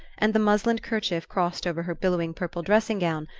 and the muslin kerchief crossed over her billowing purple dressing-gown,